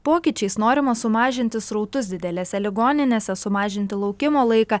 pokyčiais norima sumažinti srautus didelėse ligoninėse sumažinti laukimo laiką